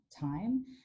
time